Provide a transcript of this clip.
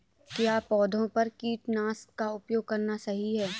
क्या पौधों पर कीटनाशक का उपयोग करना सही है?